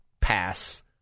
pass